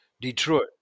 Detroit